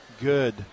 good